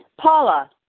Paula